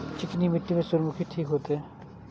चिकनी मिट्टी में सूर्यमुखी ठीक होते?